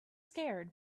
scared